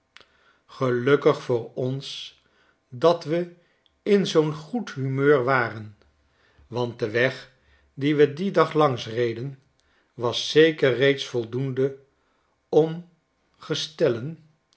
grelukkig voor ons dat we in zoo'n goed humeur waren want de weg dien we dien dag langs reden was zeker reeds voldoende om gestellen